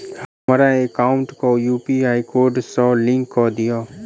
हमरा एकाउंट केँ UPI code सअ लिंक कऽ दिऽ?